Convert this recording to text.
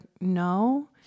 No